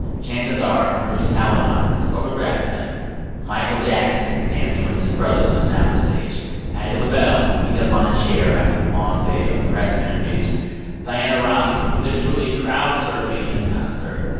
chances are bruce talamon has photographed them michael jackson dancing with his brothers on a soundstage patti labelle, feet up on a chair after a long day of press interviews diana ross literally crowd-surfing at and a concert.